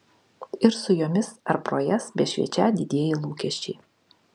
ir su jomis ar pro jas bešviečią didieji lūkesčiai